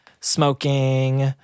smoking